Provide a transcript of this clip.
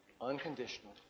Unconditional